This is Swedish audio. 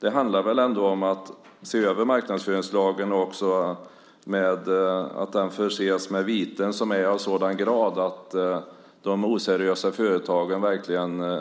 Det handlar väl ändå om att se över marknadsföringslagen så att den förses med viten som är av sådan grad att de oseriösa företagen verkligen med